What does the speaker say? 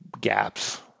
gaps